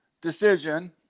decision